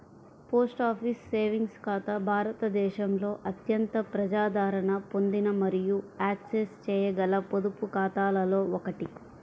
post office savings ఖాతా భారతదేశంలో అత్యంత ప్రజాదరణ పొందిన మరియు యాక్సెస్ చేయగల పొదుపు ఖాతాలలో ఒకటి